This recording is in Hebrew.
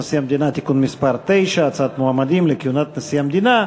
נשיא המדינה (תיקון מס' 9) (הצעת מועמדים לכהונת נשיא המדינה).